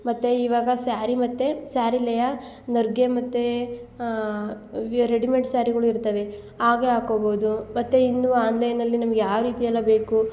ಮತ್ತು ಇವಾಗ ಸ್ಯಾರಿ ಮತ್ತು ಸ್ಯಾರಿಲೆಯ ನೆರಿಗೆ ಮತ್ತು ಅವ್ ರೆಡಿಮೆಡ್ ಸ್ಯಾರಿಗಳು ಇರ್ತವೆ ಹಾಗೆ ಹಾಕೊಬೋದು ಮತ್ತು ಇನ್ನು ಆನ್ಲೈನಲ್ಲಿ ನಿಮ್ಗೆ ಯಾವ ರೀತಿ ಎಲ್ಲ ಬೇಕು